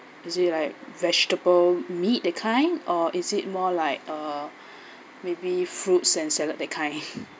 is it like vegetable meat that kind or is it more like a maybe fruits and salad that kind